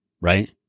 right